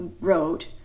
wrote